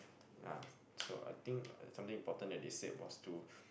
ya so I think uh something important that they said was to